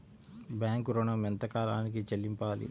Bank ఋణం ఎంత కాలానికి చెల్లింపాలి?